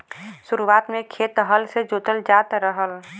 शुरुआत में खेत हल से जोतल जात रहल